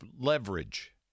leverage